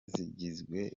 zigizwe